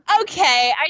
Okay